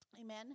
Amen